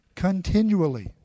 continually